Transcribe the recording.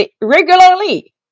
regularly